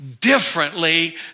differently